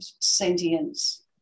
sentience